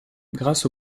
grâce